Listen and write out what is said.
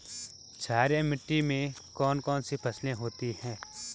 क्षारीय मिट्टी में कौन कौन सी फसलें होती हैं?